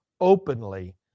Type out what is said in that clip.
openly